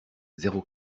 zéro